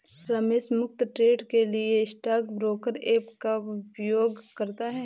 रमेश मुफ्त ट्रेड के लिए स्टॉक ब्रोकर ऐप का उपयोग करता है